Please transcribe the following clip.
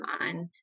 on